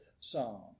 Psalm